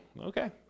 Okay